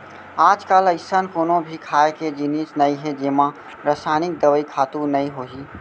आजकाल अइसन कोनो भी खाए के जिनिस नइ हे जेमा रसइनिक दवई, खातू नइ होही